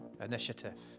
Initiative